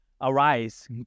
arise